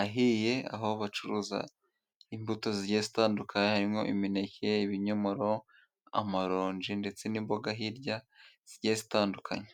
ahiye, aho bacuruza imbuto zigendatandukanye harimo imineke, ibinyomoro, amaronji ndetse n'imboga hirya zigenda zitandukanye.